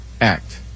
act